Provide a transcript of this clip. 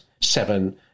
seven